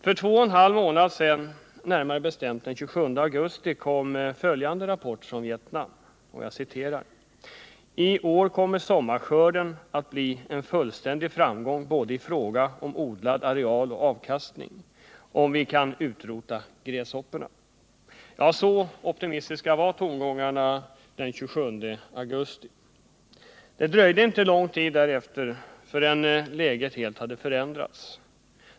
För två och en halv månad sedan — närmare bestämt den 27 augusti — kom följande rapport från Vietnam: ”I år kommer sommarskörden att bli en fullständig framgång både ifråga om odlad areal och avkastning, om vi kan utrota gräshopporna.” Så optimistiska var tongångarna den 27 augusti. Det dröjde inte långt tid därefter förrän läget helt hade förändrats.